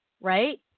right